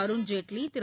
Arun Jaitley Thiru